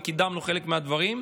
וקידמנו חלק מהדברים,